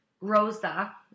Rosa